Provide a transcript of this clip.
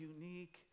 unique